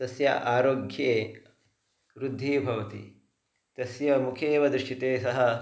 तस्य आरोग्ये वृद्धिः भवति तस्य मुखे एव दृश्यते सः